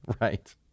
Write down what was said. Right